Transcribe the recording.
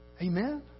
Amen